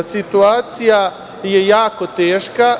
Situacija je jako teška.